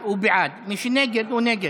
הוועדה, נתקבלו.